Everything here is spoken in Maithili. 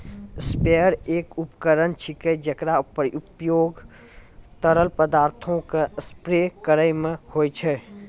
स्प्रेयर एक उपकरण छिकै, जेकरो उपयोग तरल पदार्थो क स्प्रे करै म होय छै